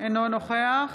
אינו נוכח